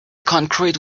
concrete